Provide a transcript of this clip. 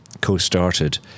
co-started